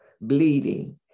bleeding